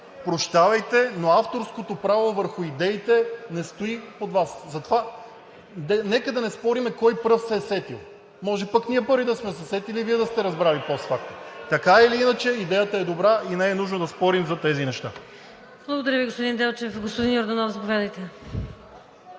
прощавайте, но авторското право върху идеите не стои от Вас. Затова нека да не спорим кой първи се е сетил. Може пък ние първи да сме се сетили и Вие да сте разбрали пост фактум? Така или иначе идеята е добра и не е нужно да спорим за тези неща. ПРЕДСЕДАТЕЛ ВИКТОРИЯ ВАСИЛЕВА: Благодаря Ви, господин Делчев. Господин Йорданов, заповядайте.